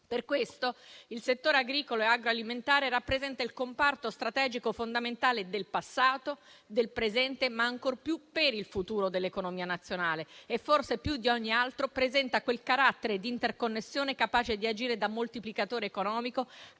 Per questo il settore agricolo e agroalimentare rappresenta il comparto strategico fondamentale del passato, del presente, ma ancor più per il futuro dell'economia nazionale. E, forse più di ogni altro, presenta quel carattere di interconnessione capace di agire da moltiplicatore economico